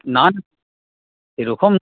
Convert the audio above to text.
না না এরকম